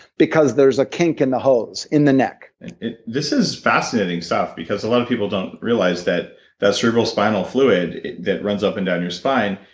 because there's a kink in the hose, in the neck this is fascinating stuff, because a lot of people don't realize that that cerebrospinal fluid that runs up and down your spine,